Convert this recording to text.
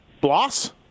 Bloss